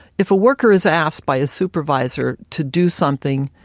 if a worker is asked by a supervisor to do something,